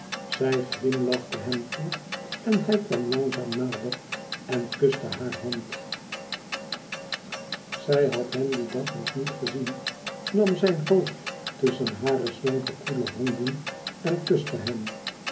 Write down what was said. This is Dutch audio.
zij glimlachte hem toeen hij kwam langzaam nader en kuste haar de hand zij had hem dien dag nog niet gezien nam zijn hoofd tusschen hare slanke koele handen en kuste hem